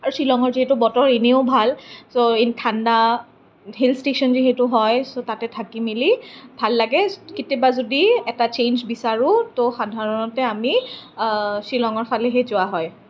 আৰু শ্বিলঙৰ যিহেতু বতৰ এনেও ভাল ছ' ইন ঠাণ্ডা হিল ষ্টেচন যিহেতু হয় তাতে থাকি মেলি ভাল লাগে কেতিয়াবা যদি এটা চেঞ্জ বিচাৰো ত' সাধাৰণতে আমি শ্বিলঙৰ ফালেহে যোৱা হয়